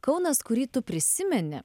kaunas kurį tu prisimeni